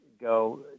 go